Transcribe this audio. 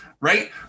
right